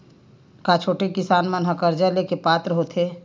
का छोटे किसान मन हा कर्जा ले के पात्र होथे?